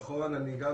נכון, אני גם